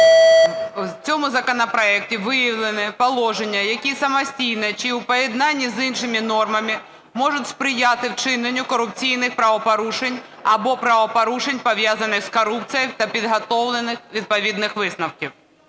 в цьому законопроекті виявлені положення, які самостійно чи у поєднанні з іншими нормами можуть сприяти вчиненню корупційних правопорушень або правопорушень, пов'язаних з корупцією, та підготовлених відповідних висновків.